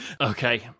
Okay